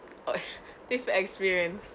positive experience